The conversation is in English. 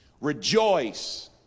rejoice